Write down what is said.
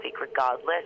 regardless